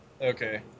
Okay